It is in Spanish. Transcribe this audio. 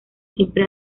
siempre